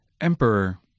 Emperor